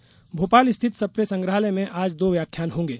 व्याख्यान भोपाल स्थित सप्रे संग्रहालय में आज दो व्याख्यान होंगे